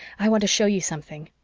i want to show you something.